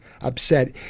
upset